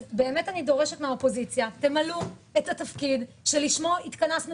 אני דורשת מהאופוזיציה למלא את התפקיד שלשמו התכנסנו